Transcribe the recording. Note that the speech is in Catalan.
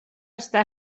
està